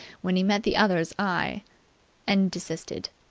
when he met the other's eye and desisted.